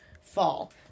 fall